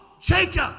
Jacob